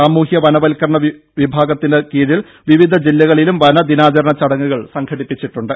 സാമൂഹ്യവനവൽക്കരണ വിഭാഗത്തിന്റെ കീഴിൽ വിവിധ ജില്ലകളിലും വനദിനാചരണച്ചടങ്ങുകൾ സംഘടിപ്പിച്ചിട്ടുണ്ട്